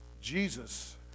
Jesus